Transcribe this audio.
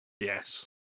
Yes